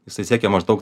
jisai siekė maždaug